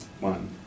One